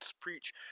preach